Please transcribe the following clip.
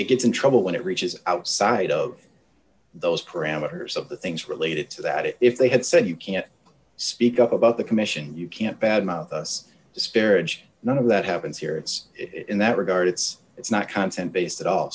it gets in trouble when it reaches outside of those parameters of the things related to that if they had said you can't speak up about the commission you can't bad mouth us disparage none of that happens here it's in that regard it's it's not content based at all